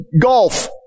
golf